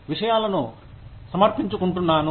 నేను విషయాలను సమర్పించుకుంటున్నాను